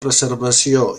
preservació